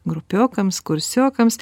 grupiokams kursiokams